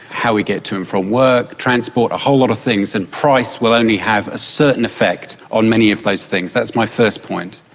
how we get to and from work, transport, a whole lot of things, and price will only have a certain effect on many of those things. that's my first point.